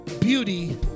beauty